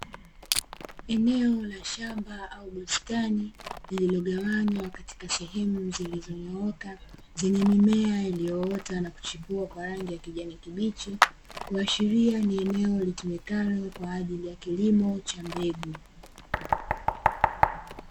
Eneo la shamba au bustani, lililogawanywa katika sehemu zilizonyooka, zenye mimea iliyoota na kuchipua kwa rangi ya kijani kibichi, kuashiria ni eneo litumikalo kwa ajili ya kilimo cha mbegu.